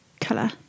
color